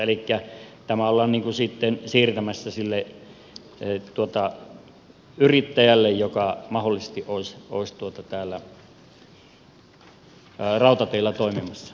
elikkä tämä ollaan sitten siirtämässä sille yrittäjälle joka mahdollisesti olisi täällä rautateillä toimimassa